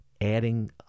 adding